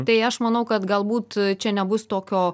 tai aš manau kad galbūt čia nebus tokio